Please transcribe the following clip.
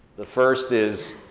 the first is